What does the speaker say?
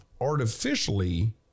artificially